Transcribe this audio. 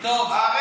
טוב, נו.